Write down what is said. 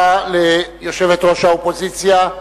תודה רבה ליושבת-ראש האופוזיציה,